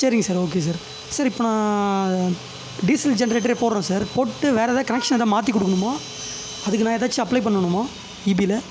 சரிங்க sir okay sir sir இப்போ நான் டீசல் ஜென்ரேட்டரே போடுறேன் சார் போட்டு வேற ஏதாது கனெக்ஷன் ஏதாது மாற்றிக் கொடுக்கணுமா அதுக்கு நான் ஏதாச்சு அப்ளே பண்ணணுமா இபில